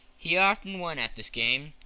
he often won at this game,